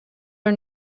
are